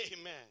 Amen